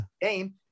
game